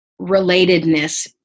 relatedness